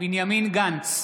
בנימין גנץ,